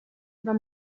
war